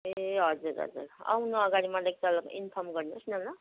ए हजुर हजुर आउनु अगाडि मलाई एकताल इन्फर्म गर्नुहोस् न ल